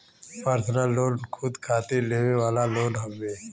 personal loan खुद खातिर लेवे वाला लोन हउवे